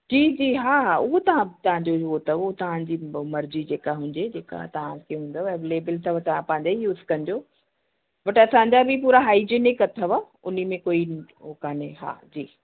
जी जी हा हा उहो तव्हां तव्हां जे उहो त उहो तव्हां जी बि मर्जी जेका हुजे जेका तव्हां खे हूंदव अवेलेबल त तव्हां पंहिंजा ई यूज़ कजो बट असांजा बि पूरा हाइजीनिक अथव उन्हीअ में कोई हू कोन्हे हा जी